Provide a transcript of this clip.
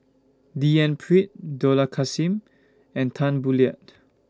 D N Pritt Dollah Kassim and Tan Boo Liat